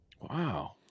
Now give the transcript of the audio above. Wow